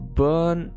burn